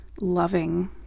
loving